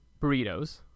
burritos